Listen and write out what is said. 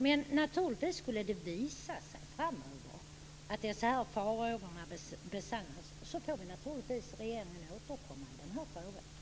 Men skulle det framöver visa sig att dessa farhågor besannas får regeringen naturligtvis återkomma i frågan.